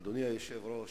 אדוני היושב-ראש,